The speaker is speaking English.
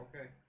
okay